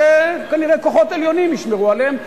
כנראה כוחות עליונים ישמרו עליהם,